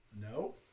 No